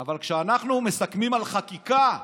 אבל כשאנחנו מסכמים על חקיקה,